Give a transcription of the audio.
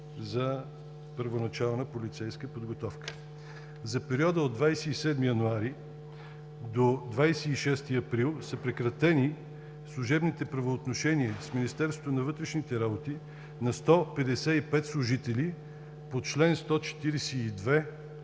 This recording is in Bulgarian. за първоначална полицейска подготовка. За периода от 27 януари до 26 април 2017 г. са прекратени служебните правоотношения с Министерството на вътрешните работи на 155 служители по чл. 142,